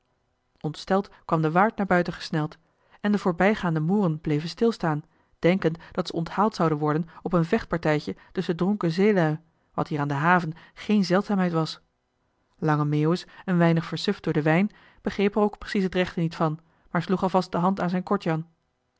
ontsteld kwam de waard naar buiten gesneld en de voorbijgaande mooren bleven stilstaan denkend dat ze onthaald zouden worden op een vechtpartijtje tusschen dronken zeelui wat hier aan de haven geen zeldzaamheid was lange meeuwis een weinig versuft door den wijn begreep er ook precies het rechte niet van maar sloeg alvast de hand aan zijn kortjan